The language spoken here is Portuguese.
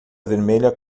vermelha